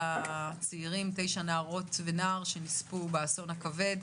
תשע נערות ונער שנספו באסון הכבד.